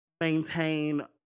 maintain